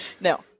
No